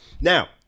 Now